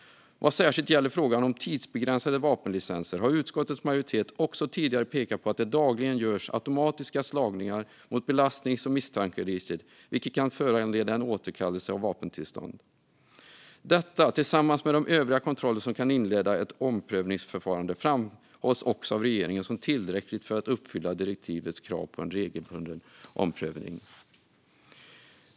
Vad särskilt gäller frågan om tidsbegränsade vapenlicenser har utskottets majoritet också tidigare pekat på att det dagligen görs automatiska slagningar mot belastnings och misstankeregister, vilket kan föranleda återkallelse av vapentillstånd. Detta, tillsammans med de övriga kontroller som kan inleda ett omprövningsförfarande, framhålls också av regeringen som tillräckligt för att uppfylla direktivets krav på regelbunden omprövning.